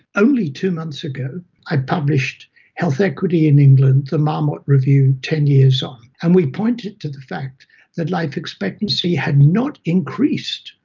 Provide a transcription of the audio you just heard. only two months ago i published health equity in england the marmot review ten years on, and we pointed to the fact that life expectancy had not increased,